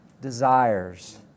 desires